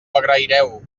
agraireu